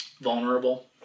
vulnerable